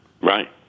Right